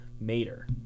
Mater